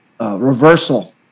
reversal